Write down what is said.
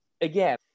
again